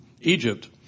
Egypt